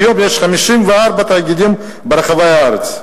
כיום, יש 54 תאגידים ברחבי הארץ.